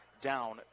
down